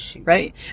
Right